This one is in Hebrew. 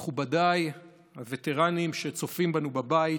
מכובדיי הווטרנים שצופים בנו בבית